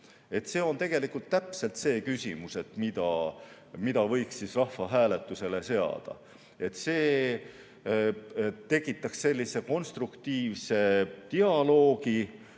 See on tegelikult täpselt see küsimus, mida võiks rahvahääletusele seada. See tekitaks konstruktiivse dialoogi.